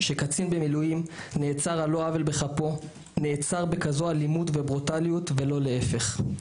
שקצין במילואים נעצר על לא עוול בכפו באלימות כזאת ובברוטליות ולא להפך.